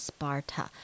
Sparta